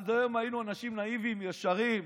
עד היום היינו אנשים נאיביים, ישרים,